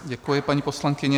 Děkuji, paní poslankyně.